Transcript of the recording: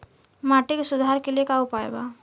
माटी के सुधार के लिए का उपाय बा?